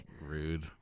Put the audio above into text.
Rude